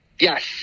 Yes